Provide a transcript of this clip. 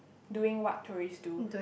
doing what tourist do